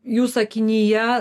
jų sakinyje